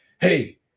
Hey